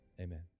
amen